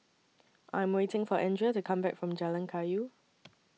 I Am waiting For Andria to Come Back from Jalan Kayu